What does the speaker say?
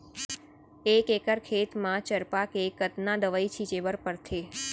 एक एकड़ खेत म चरपा के कतना दवई छिंचे बर पड़थे?